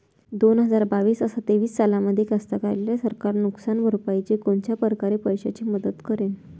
दोन हजार बावीस अस तेवीस सालामंदी कास्तकाराइले सरकार नुकसान भरपाईची कोनच्या परकारे पैशाची मदत करेन?